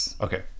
Okay